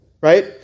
Right